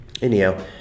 Anyhow